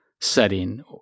setting